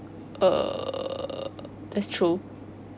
eh that's true